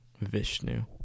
vishnu